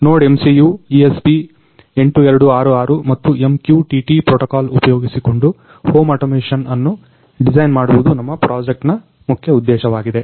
NodeMCU ESP8266 ಮತ್ತು MQTT protocol ಉಪಯೋಗಿಸಿಕೊಂಡು home automation ಅನ್ನು ಡಿಸೈನ್ ಮಾಡುವುದು ನಮ್ಮ ಪ್ರಾಜೆಕ್ಟ್ನ ಮುಖ್ಯ ಉದ್ದೇಶವಾಗಿದೆ